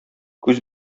күз